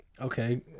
Okay